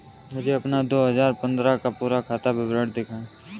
मुझे अपना दो हजार पन्द्रह का पूरा खाता विवरण दिखाएँ?